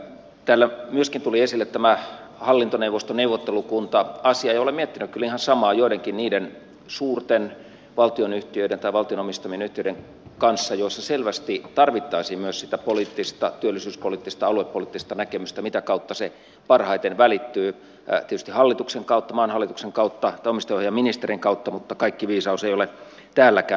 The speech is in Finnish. täällä myöskin tuli esille tämä hallintoneuvosto neuvottelukunta asia ja olen miettinyt kyllä ihan samaa joidenkin niiden suurten valtionyhtiöiden tai valtion omistamien yhtiöiden kanssa joissa selvästi tarvittaisiin myös sitä poliittista työllisyyspoliittista aluepoliittista näkemystä mitä kautta se parhaiten välittyy tietysti maan hallituksen kautta tai omistajaohjausministerin kautta mutta kaikki viisaus ei ole täälläkään